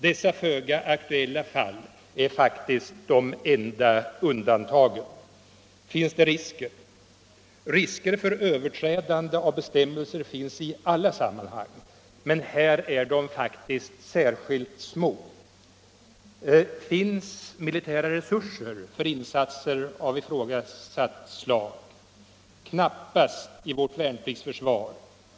Dessa föga aktuella fall är faktiskt de enda undantagen. Finns det risker? Risker för överträdande av bestämmelser finns i alla sammanhang, men här är de faktiskt särskilt små. Finns militära resurser för insatser av ifrågasatt slag? Knappast i vårt värnpliktsförsvar.